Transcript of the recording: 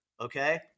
Okay